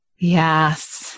Yes